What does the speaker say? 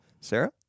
Sarah